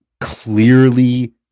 clearly